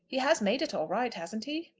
he has made it all right hasn't he?